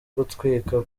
gutwika